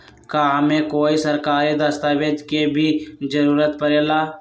का हमे कोई सरकारी दस्तावेज के भी जरूरत परे ला?